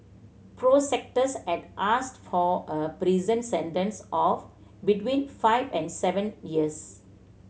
prosecutors had asked for a prison sentence of between five and seven years